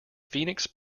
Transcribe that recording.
phoenix